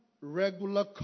regular